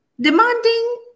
Demanding